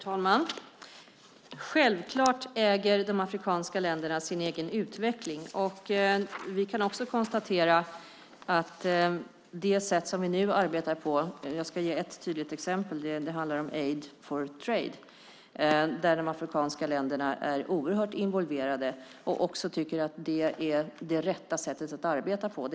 Herr talman! Självklart äger de afrikanska länderna sin egen utveckling. Vi kan också konstatera det av det sätt som vi nu arbetar på. Jag ska ge ett tydligt exempel. Det handlar om Aid for Trade. Där är de afrikanska länderna oerhört involverade och tycker att det är det rätta sättet att arbeta på.